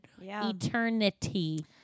eternity